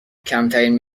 کمترین